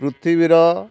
ପୃଥିବୀର